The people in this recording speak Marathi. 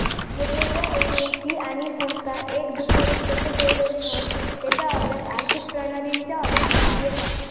येगयेगळ्या एजेंसी आणि संस्था एक दुसर्याशी कशे जोडलेले हत तेचा अभ्यास आर्थिक प्रणालींच्या अभ्यासात येता